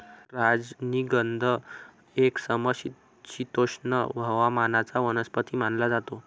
राजनिगंध हा एक समशीतोष्ण हवामानाचा वनस्पती मानला जातो